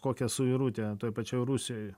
kokiaą suirutė toj pačioj rusijoj